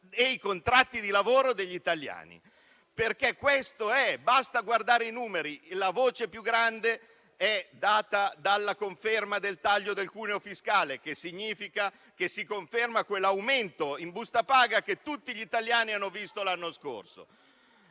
e i contratti di lavoro degli italiani. Questo è, basta guardare i numeri. La voce più grande è data dalla conferma del taglio del cuneo fiscale, che significa che si conferma quell'aumento in busta paga che tutti gli italiani hanno visto l'anno scorso.